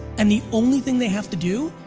and the only thing they have to do,